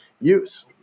use